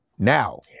Now